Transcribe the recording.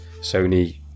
Sony